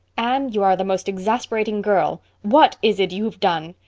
anne, you are the most exasperating girl! what is it you've done?